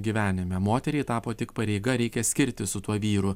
gyvenime moteriai tapo tik pareiga reikia skirtis su tuo vyru